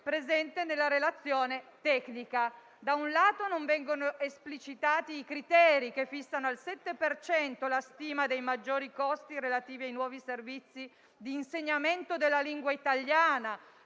presente nella relazione tecnica. Da un lato, non vengono esplicitati i criteri, che fissano al 7 per cento la stima dei maggiori costi relativi ai nuovi servizi di insegnamento della lingua italiana,